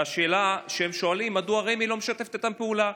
והשאלה שהם שואלים היא מדוע רמ"י לא משתפת איתם פעולה.